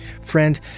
Friend